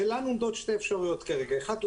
לנו עומדות שתי אפשרויות כרגע האחת,